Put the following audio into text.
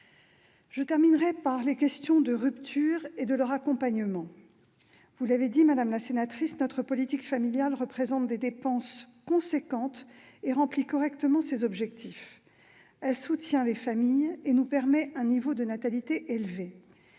en évoquant la question des ruptures et de leur accompagnement. Vous l'avez dit, madame la sénatrice, notre politique familiale représente des dépenses importantes et remplit correctement ses objectifs. Elle soutient les familles et nous permet un niveau de natalité élevé.